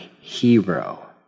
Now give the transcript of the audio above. hero